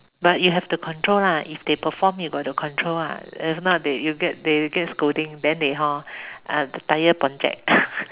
but you have to control lah if they perform you got to control lah if not they you get they get scolding then they hor uh the tire pancit